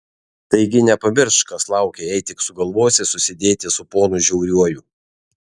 taigi nepamiršk kas laukia jei tik sugalvosi susidėti su ponu žiauriuoju